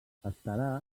estarà